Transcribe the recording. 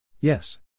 Yes